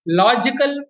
logical